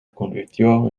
convirtió